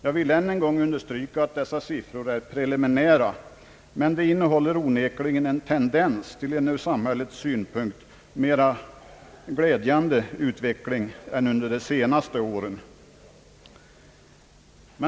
Jag understryker att dessa siffror är preliminära, men de innehåller onekligen en tendens till en från samhällets synpunkt mera glädjande utveckling än den som förekommit under de senaste åren.